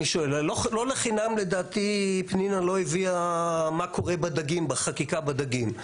לא לחינם לדעתי פנינה לא הביאה מה קורה בחקיקה בדגים.